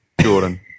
Jordan